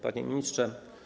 Panie Ministrze!